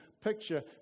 picture